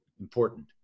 important